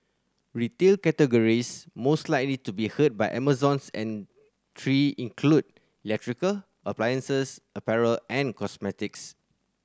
retail categories most likely to be hurt by Amazon's entry include electrical appliances apparel and cosmetics